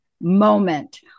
moment